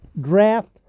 draft